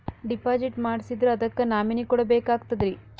Deposit ಮಾಡ್ಸಿದ್ರ ಅದಕ್ಕ nominee ಕೊಡಬೇಕಾಗ್ತದ್ರಿ?